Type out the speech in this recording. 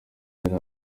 yari